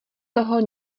toho